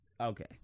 Okay